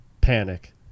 panic